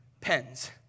pens